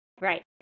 Right